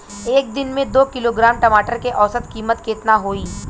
एक दिन में दो किलोग्राम टमाटर के औसत कीमत केतना होइ?